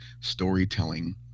storytelling